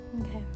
Okay